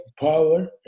power